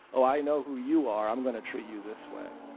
o i know who you are, i'm going to treat you this way,